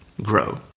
Grow